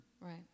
Right